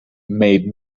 made